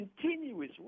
continuous